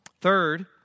Third